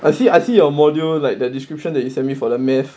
I see I see your module like the description that you sent me for the mathematics